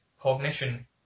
cognition